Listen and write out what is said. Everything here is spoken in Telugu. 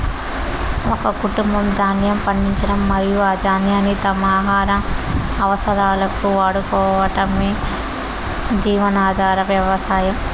ఒక కుటుంబం ధాన్యం పండించడం మరియు ఆ ధాన్యాన్ని తమ ఆహార అవసరాలకు వాడుకోవటమే జీవనాధార వ్యవసాయం